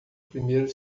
primeiro